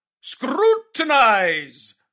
Scrutinize